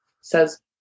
Says